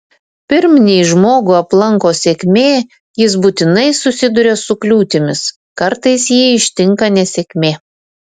pirm nei žmogų aplanko sėkmė jis būtinai susiduria su kliūtimis kartais jį ištinka nesėkmė